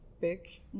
big